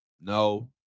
No